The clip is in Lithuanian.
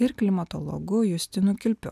ir klimatologu justinu kilpiu